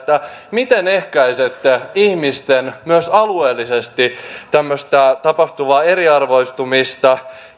miten ehkäisette ihmisten myös alueellisesti tapahtuvaa tämmöistä eriarvoistumista